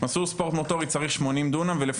הספורט רואים בענף הזה כמשהו שהולך לצמוח,